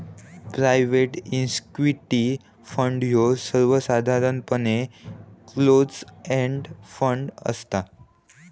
private equity fund ह्यो सर्वसाधारणपणे close end fund असता